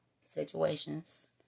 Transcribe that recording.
situations